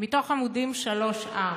מתוך עמ' 3 4: